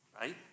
Right